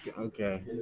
Okay